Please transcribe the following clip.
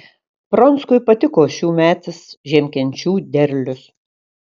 pronckui patiko šiųmetis žiemkenčių derlius